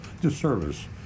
disservice